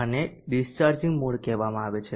આને discharging mode કહેવામાં આવે છે